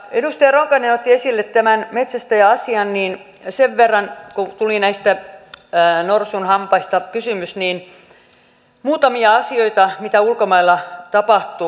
edustaja ronkainen otti esille tämän metsästäjäasian ja kun tuli näistä norsun hampaista kysymys niin tässä muutamia asioita mitä ulkomailla tapahtuu